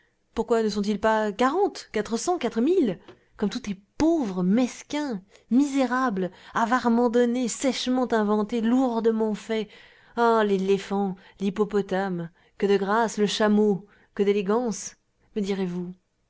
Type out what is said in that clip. pourquoi ne sont-ils pas quarante quatre cents quatre mille comme tout est pauvre mesquin misérable avarement donné sèchement inventé lourdement fait ah l'éléphant l'hippopotame que de grâce le chameau que d'élégance mais direz-vous